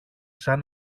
σαν